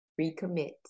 recommit